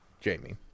Jamie